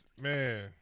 Man